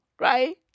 Right